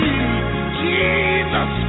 Jesus